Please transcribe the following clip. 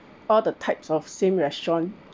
all the types of same restaurant